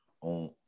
on